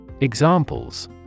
Examples